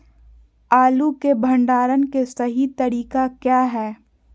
आलू के भंडारण के सही तरीका क्या है?